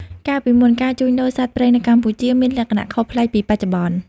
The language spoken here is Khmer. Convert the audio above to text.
កាលពីមុន ការជួញដូរសត្វព្រៃនៅកម្ពុជាមានលក្ខណៈខុសប្លែកពីបច្ចុប្បន្ន។